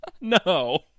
No